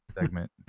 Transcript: segment